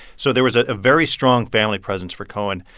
so there was a very strong family presence for cohen.